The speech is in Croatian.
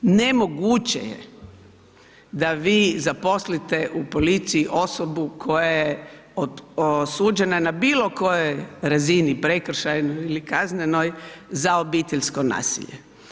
Ne moguće je da vi zaposlite u policiji osobu koja je osuđena na bilo kojoj razini prekršajnoj ili kaznenoj za obiteljsko nasilje.